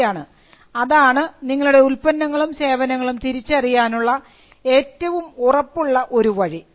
ശരിയാണ് അതാണ് നിങ്ങളുടെ ഉൽപ്പന്നങ്ങളും സേവനങ്ങളും തിരിച്ചറിയാനുള്ള ഏറ്റവും ഉറപ്പുള്ള ഒരു വഴി